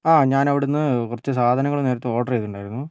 ആ ഞാനവിടെ നിന്ന് കുറച്ച് സാധനങ്ങൾ നേരത്തെ ഓർഡർ ചെയ്തിട്ടുണ്ടായിരുന്നു